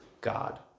God